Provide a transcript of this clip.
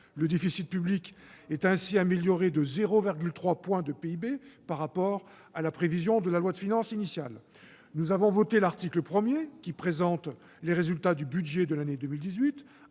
le déficit public est ainsi amélioré de 0,3 point de PIB par rapport à la prévision de la loi de finances initiale. Nous avons voté l'article 1, qui présente les résultats du budget de l'année 2018,